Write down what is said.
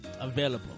available